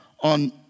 on